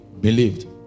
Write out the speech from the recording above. believed